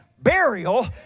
burial